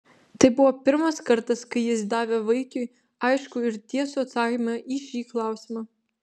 tai buvo pirmas kartas kai jis davė vaikiui aiškų ir tiesų atsakymą į šį klausimą